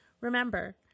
Remember